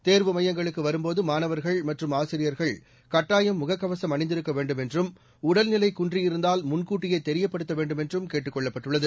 தேர்வு மையங்களுக்கு வரும்போது மாணவர்கள் மற்றும் ஆசிரியர்கள் கட்டாயம் முகக்கவசம் அணிந்திருக்க வேண்டும் என்றும் உடல்நிலை குன்றியிருந்தால் முன்கூட்டியே தெரியப்படுத்த வேண்டும் என்றும் கேட்டுக் கொள்ளப்பட்டுள்ளது